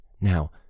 Now